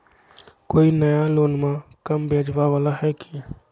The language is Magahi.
कोइ नया लोनमा कम ब्याजवा वाला हय की?